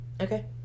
Okay